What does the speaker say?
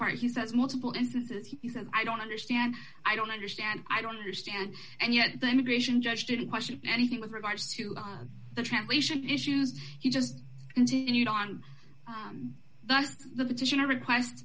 part he says multiple instances he said i don't understand i don't understand i don't understand and yet the immigration judge didn't question anything with regards to the translation issues he just continued on the petition request